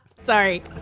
Sorry